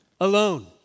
alone